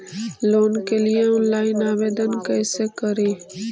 Loan के लिये online आवेदन कैसे करि?